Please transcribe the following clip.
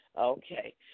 Okay